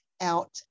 out